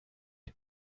dem